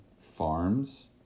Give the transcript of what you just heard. farms